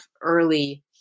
early